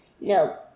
No